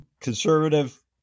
conservative